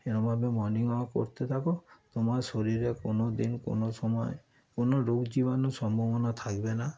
এরকমভাবে morning walk করতে থাকো তোমার শরীরে কোনো দিন কোনো সময় কোনো রোগ জীবাণুর সম্ভাবনা থাকবে না